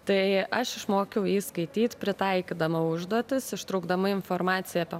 tai aš išmokiau jį skaityt pritaikydama užduotis ištraukdama informaciją apie